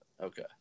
Okay